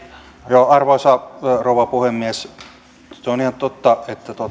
ihmisiin arvoisa rouva puhemies se on ihan totta